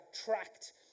tracked